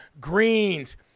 Greens